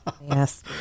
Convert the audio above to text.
Yes